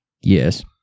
Yes